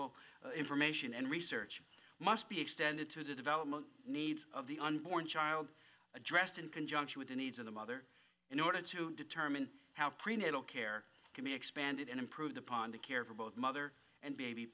will information and research must be extended to the development needs of the unborn child addressed in conjunction with the needs of the mother in order to determine how prenatal care can be expanded and improved upon the care for both mother and baby